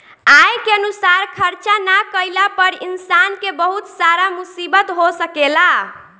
आय के अनुसार खर्चा ना कईला पर इंसान के बहुत सारा मुसीबत हो सकेला